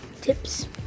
tips